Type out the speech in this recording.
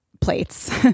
plates